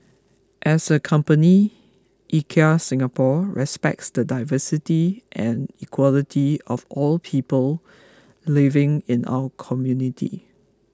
as a company IKEA Singapore respects the diversity and equality of all people living in our community